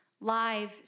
live